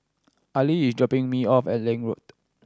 Ali is dropping me off at Lange Road